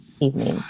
evening